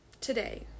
Today